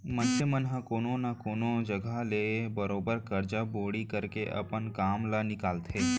मनसे मन ह कोनो न कोनो जघा ले बरोबर करजा बोड़ी करके अपन काम ल निकालथे